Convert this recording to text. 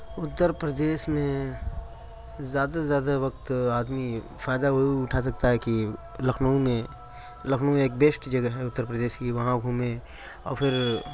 اتر پردیش میں زیادہ سے زیادہ وقت آدمی فائدہ وہی اٹھا سکتا ہے کہ لکھنؤ میں لکھنؤ ایک بیسٹ جگہ ہے اتر پردیش کی وہاں گھومیں اور پھر